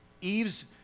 Eve's